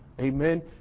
Amen